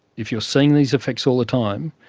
if you are seeing these effects all the time,